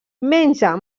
menja